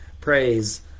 praise